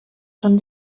són